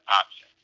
option